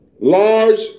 large